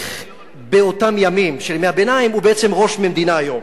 המלך באותם ימים של ימי-הביניים הוא בעצם ראש מדינה היום.